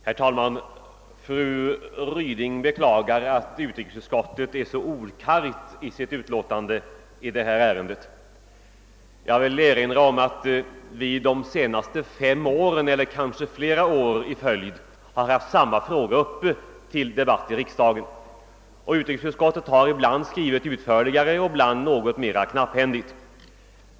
Herr talman! Fru Ryding beklagade att utrikesutskottet har varit så ordkargt i sitt utlåtande i detta ärende. Då vill jag erinra om att vi de senaste fem åren — eller kanske ännu fler år i följd — har haft denna fråga uppe till debatt här i riksdagen och att utrikesutskottet ibland har skrivit mera utförligt, ibland mera knapphändigt.